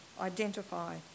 identify